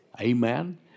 Amen